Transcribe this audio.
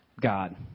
God